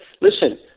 Listen